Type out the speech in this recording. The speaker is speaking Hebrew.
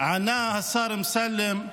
ענה השר אמסלם: